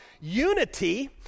unity